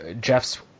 Jeff's